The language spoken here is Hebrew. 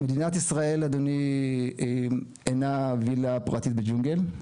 מדינת ישראל אדוני, היא אינה וילה פרטית בג'ונגל.